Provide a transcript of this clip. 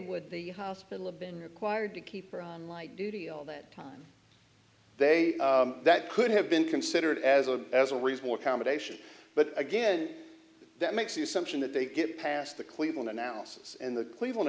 would the hospital have been required to keep her on light duty all that time they that could have been considered as a as a reason or combination but again that makes you something that they get past the cleveland analysis and the cleveland